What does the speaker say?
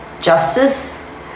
justice